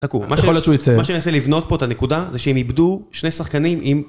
מה שאני אעשה לבנות פה את הנקודה, זה שהם איבדו שני שחקנים עם...